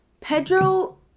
Pedro